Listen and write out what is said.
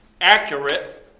accurate